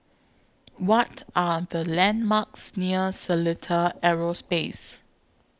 What Are The landmarks near Seletar Aerospace